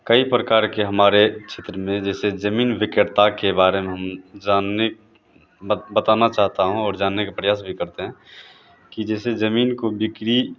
कई प्रकार के हमारे क्षेत्र में जैसे ज़मीन विक्रेता के बारे में हम जानने ब बताना चाहता हूँ और जानने का प्रयास भी करते हैं कि जैसे ज़मीन को बिक्री